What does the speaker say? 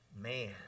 man